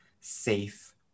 safe